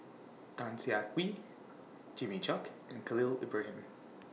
Tan Siah Kwee Jimmy Chok and Khalil Ibrahim